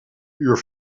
uur